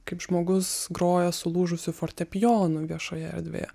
kaip žmogus groja sulūžusiu fortepijonu viešoje erdvėje